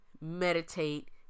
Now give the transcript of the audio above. meditate